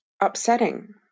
upsetting